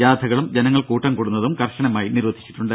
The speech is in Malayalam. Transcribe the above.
ജാഥകളും ജനങ്ങൾ കൂട്ടംകൂടുന്നതും കർശനമായി നിരോധിച്ചിട്ടുണ്ട്